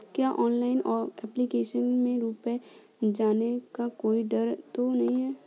क्या online application में रुपया जाने का कोई डर तो नही है?